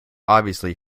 obviously